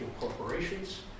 corporations